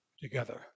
together